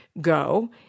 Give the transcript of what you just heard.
go